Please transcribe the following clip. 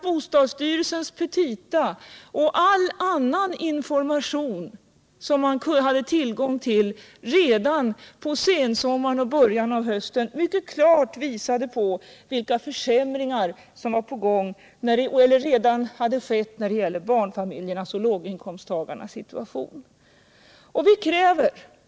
Bostadsstyrelsens petita och all information som fanns redan på sensommaren och i början av hösten visade mycket klart vilka försämringar som höll på att ske, eller redan hade skett, beträffande barnfamiljernas och låginkomsttagarnas situation.